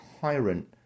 tyrant